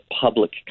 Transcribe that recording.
public